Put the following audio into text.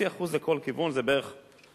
0.5% לכל כיוון זה יכול